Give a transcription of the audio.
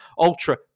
Ultra